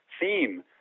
theme